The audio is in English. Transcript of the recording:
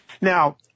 Now